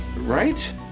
Right